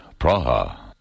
Praha